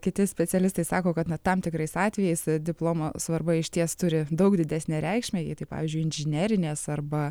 kiti specialistai sako kad na tam tikrais atvejais diplomo svarba išties turi daug didesnę reikšmę jei tai pavyzdžiui inžinerinės arba